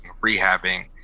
rehabbing